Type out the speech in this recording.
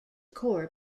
core